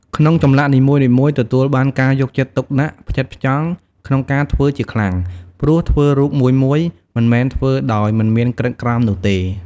ក្នុងចម្លាក់នីមួយៗទទួលបានការយកចិត្តទុកដាក់ ផ្ចិតផ្ចង់ក្នុងការធ្វើជាខ្លាំង ព្រោះធ្វើរូបមួយៗមិនមែនធ្វើដោយមិនមានក្រិតក្រមនោះទេ។